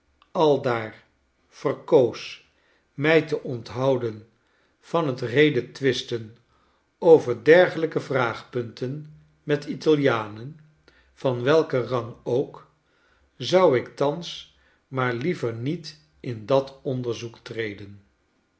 aldaar verkoos mij te onthouden van het redetwisten over dergelijke vraagpunten met italianen van welke rang ook zou ik thans maar liever niet in dat onderzoek treden